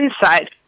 inside